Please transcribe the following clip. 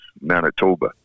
Manitoba